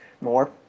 more